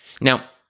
now